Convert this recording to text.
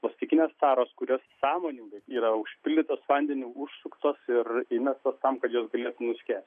plastikinės taros kurios sąmoningai yra užpildytos vandeniu užsuktos ir įmestos tam kad jos galėtų nuskęsti